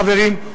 חברים,